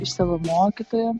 iš savo mokytojo